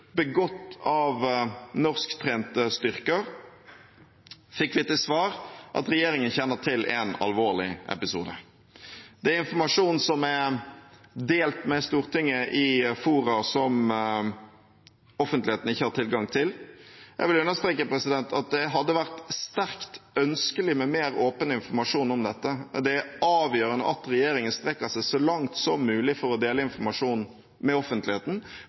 begått av norsktrente styrker, fikk vi til svar at regjeringen kjenner til én alvorlig episode. Det er informasjon som er delt med Stortinget i fora som offentligheten ikke har tilgang til. Jeg vil understreke at det hadde vært sterkt ønskelig med en mer åpen informasjon om dette. Det er avgjørende at regjeringen strekker seg så langt som mulig for å dele informasjon med offentligheten,